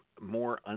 more